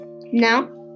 now